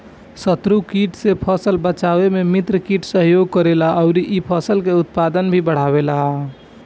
शत्रु कीट से फसल बचावे में मित्र कीट सहयोग करेला अउरी इ फसल के उत्पादन भी बढ़ावेला